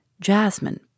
jasmine